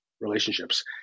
relationships